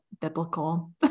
biblical